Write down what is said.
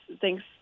Thanks